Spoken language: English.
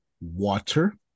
Water